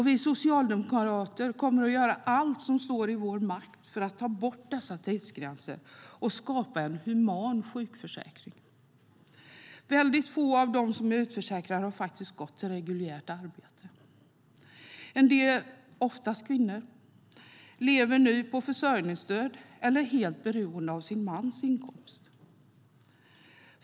Vi socialdemokrater kommer att göra allt som står i vår makt för att ta bort dessa tidsgränser och skapa en human sjukförsäkring. Väldigt få av dem som är utförsäkrade har gått till reguljärt arbete. En del kvinnor lever nu på försörjningsstöd eller är helt beroende av sin mans inkomst.